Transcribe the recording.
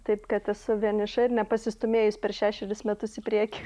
taip kad esu vieniša ir nepasistūmėjus per šešerius metus į priekį